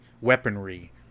weaponry